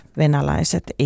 venäläiset